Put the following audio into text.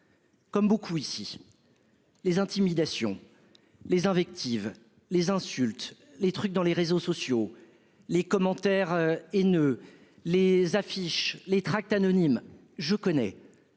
Comme beaucoup ici. Les intimidations. Les invectives, les insultes, les trucs dans les réseaux sociaux les commentaires. Haineux. Les affiches, les tracts anonymes je connais.